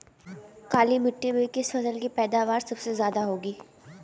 काली मिट्टी में किस फसल की पैदावार सबसे ज्यादा होगी?